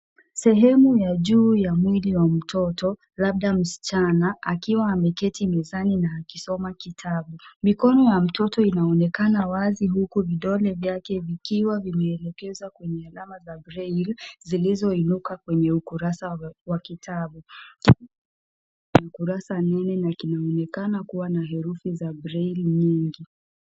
Sehemu ya juu ya mwili wa mtoto labda msichana akiwa ameketi mezani na akisoma kitabu. Mikono ya mtoto inaonekana wazi huku vidole vyake vikiwa vimeelekezwa kwenye alama za braille zilizoinuka kwenye ukurasa wa kitabu. Ni kurasa nene na kinaoneka kuwa na herufi za braille nyingi.